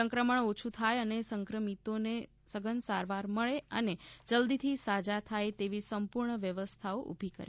સંક્રમણ ઓછું થાય અને સંક્રમિતોને સઘન સારવાર મળે અને જલ્દીથી સાજા થાય તેવી સંપૂર્ણ વ્યવસ્થાઓ ઉભી કરેલી છે